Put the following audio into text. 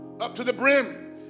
Up-to-the-brim